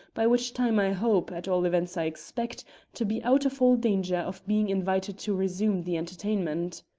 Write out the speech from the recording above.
by which time i hope at all events i expect to be out of all danger of being invited to resume the entertainment.